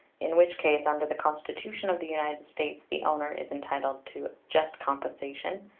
in which case, under the constitution of the united states, the owner is entitled to just compensation,